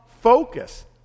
focus